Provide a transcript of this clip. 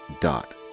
dot